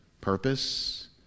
purpose